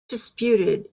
disputed